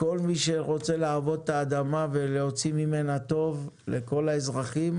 כל מי שרוצה לעבוד את האדמה ולהוציא ממנה טוב לכל האזרחים.